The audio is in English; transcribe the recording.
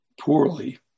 poorly